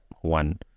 one